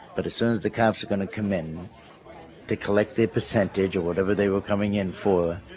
but as soon as the cops are going to come in to collect their percentage or whatever they were coming in for,